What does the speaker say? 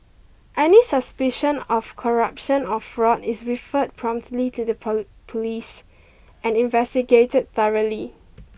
any suspicion of corruption or fraud is referred promptly to the police and investigated thoroughly